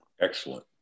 Excellent